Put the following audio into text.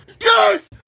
Yes